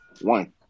One